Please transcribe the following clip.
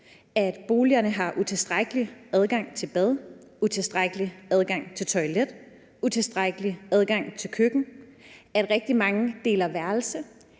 at boligerne har utilstrækkelig adgang til bad, utilstrækkelig adgang til toilet og utilstrækkelig adgang til køkken; at rigtig mange beboere deler